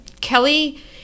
Kelly